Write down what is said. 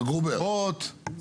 מקורות,